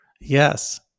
Yes